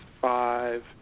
five